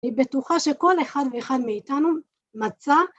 אני בטוחה שכל אחד ואחד מאיתנו מצא.